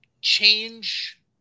change